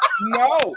No